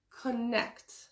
connect